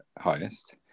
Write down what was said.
highest